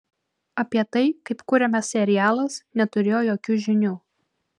apie tai kaip kuriamas serialas neturėjo jokių žinių